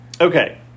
Okay